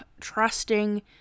trusting